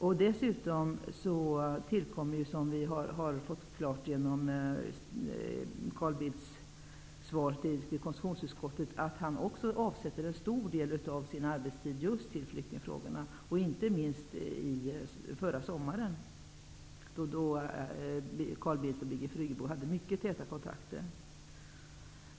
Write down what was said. Till detta kommer, vilket vi har fått klart för oss genom Carl Bildts svar till konstitutionsutskottet, att också han avsätter en stor del av sin arbetstid just till flyktingfrågorna -- inte minst förra sommaren, då Carl Bildt och Birgit Friggebo hade mycket täta kontakter.